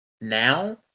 now